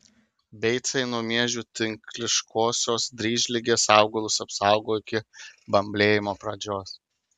beicai nuo miežių tinkliškosios dryžligės augalus apsaugo iki bamblėjimo pradžios